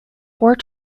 four